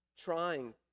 trying